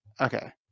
Okay